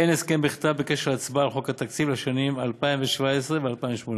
אין הסכם בכתב בקשר להצבעה על חוק התקציב לשנים 2017 ו-2018,